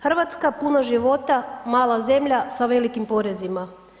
Hrvatska puna života, mala zemlja sa velikim porezima.